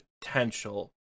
potential